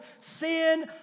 sin